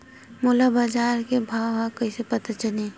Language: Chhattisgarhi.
मोला बजार के भाव ह कइसे पता चलही?